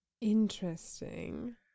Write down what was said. Interesting